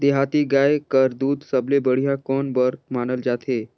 देहाती गाय कर दूध सबले बढ़िया कौन बर मानल जाथे?